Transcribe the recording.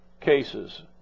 cases